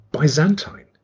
Byzantine